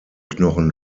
knochen